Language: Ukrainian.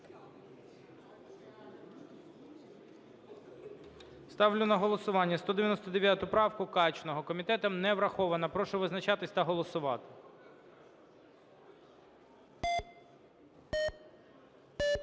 Ставлю на голосування 199 правку, Качного. Комітетом не врахована. Прошу визначатись та голосувати. 12:38:49